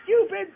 stupid